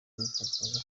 kazoza